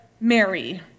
Mary